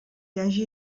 hagi